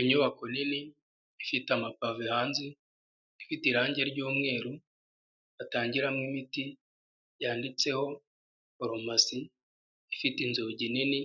Inyubako nini ifite amapave hanze, ifite irangi ry'umweru batangiramo imiti yanditseho farumasi, ifite inzugi nini